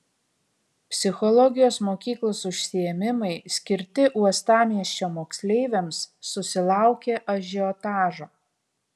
psichologijos mokyklos užsiėmimai skirti uostamiesčio moksleiviams susilaukė ažiotažo